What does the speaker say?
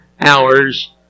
hours